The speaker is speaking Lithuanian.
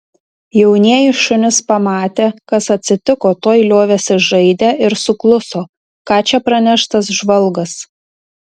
jaunieji šunys pamatę kas atsitiko tuoj liovėsi žaidę ir sukluso ką čia praneš tas žvalgas